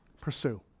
Pursue